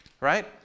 right